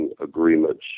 agreements